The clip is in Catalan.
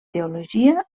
teologia